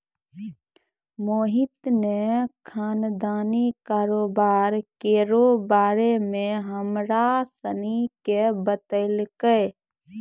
मोहित ने खानदानी कारोबार केरो बारे मे हमरा सनी के बतैलकै